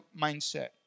mindset